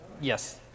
Yes